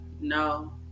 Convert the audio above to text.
no